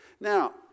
Now